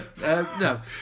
no